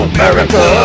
America